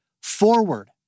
forward